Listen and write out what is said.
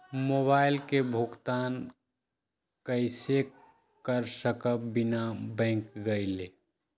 Mobile के भुगतान कईसे कर सकब बिना बैंक गईले?